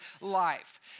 life